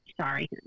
Sorry